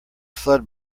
flood